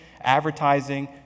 advertising